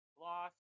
lost